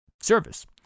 service